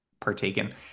partaken